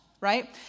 right